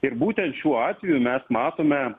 ir būtent šiuo atveju mes matome